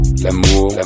L'amour